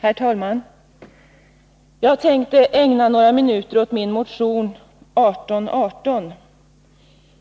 Herr talman! Jag tänker ägna några minuter åt min motion 1818.